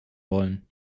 wollen